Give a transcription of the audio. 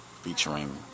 featuring